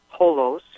HOLOS